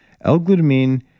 L-glutamine